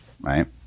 right